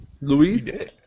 Luis